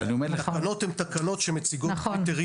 אבל אני אומר לך --- התקנות הן תקנות שמציגות קריטריונים.